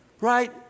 right